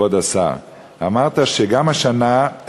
כבוד השר: אמרת שגם השנה,